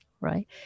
right